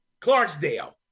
Clarksdale